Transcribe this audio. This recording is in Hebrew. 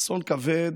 אסון כבד